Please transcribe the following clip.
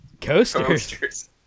Coasters